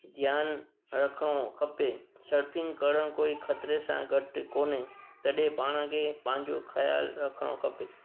ध्यानु रखिणो खपे सर्फिंग करण कोई ख़तरे सां घटि कोन्हे तॾहिं पाण खे पंहिंजो ख्यालु रखिणो खपे